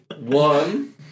one